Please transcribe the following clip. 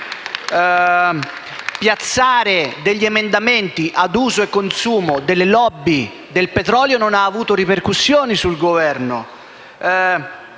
Piazzare degli emendamenti ad uso e consumo delle *lobby* del petrolio non ha avuto ripercussioni sul Governo;